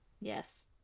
Yes